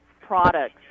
products